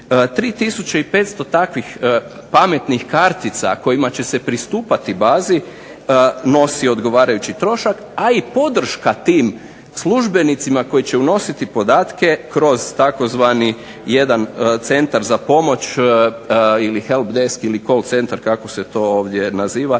500 takvih pametnih kartica kojima će pristupati bazi nosi odgovarajući trošak, a i podrška tim službenicima koji će unositi podatke kroz tzv. jedan centar za pomoć ili help desk ili call centar kako se to ovdje naziva